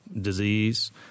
disease